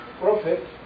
Prophet